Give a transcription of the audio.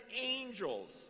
angels